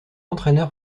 entraîneur